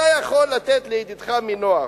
אתה יכול לתת לידידך מנוער,